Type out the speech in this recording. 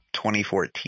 2014